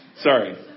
Sorry